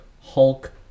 Hulk